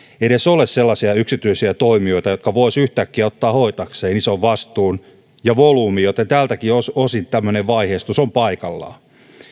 edes ole sellaisia yksityisiä toimijoita jotka voisivat yhtäkkiä ottaa hoitaakseen ison vastuun ja volyymin joten tältäkin osin tämmöinen vaiheistus on paikallaan